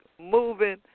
moving